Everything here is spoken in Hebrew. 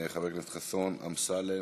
חברי הכנסת חסון, אמסלם,